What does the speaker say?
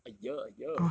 a year a year